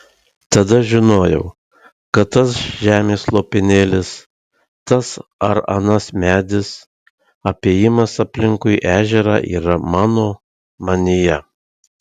tada žinojau kad tas žemės lopinėlis tas ar anas medis apėjimas aplinkui ežerą yra mano manyje